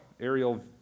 aerial